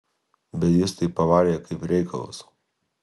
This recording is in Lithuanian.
bet jis tai pavarė kaip reikalas